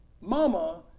mama